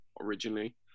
originally